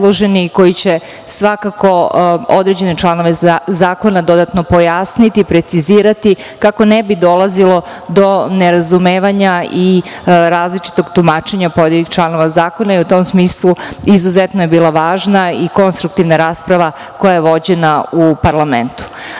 koji će svakako određene članove zakona dodatno pojasniti, precizirati, kako ne bi dolazilo do nerazumevanja i različitog tumačenja pojedinih članova zakona. U tom smislu izuzetno je bila važna i konstruktivna rasprava koja je vođena u parlamentu. Vlada